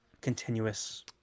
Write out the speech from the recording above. continuous